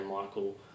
Michael